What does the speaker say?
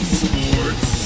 sports